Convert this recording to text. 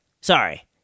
sorry